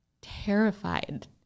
terrified